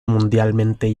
mundialmente